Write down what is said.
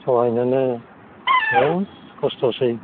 सहायनोनो बेराद खस्थ'सै